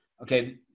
okay